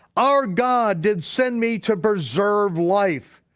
our god, did send me to preserve life.